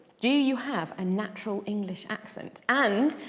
do you have a natural english accent? and,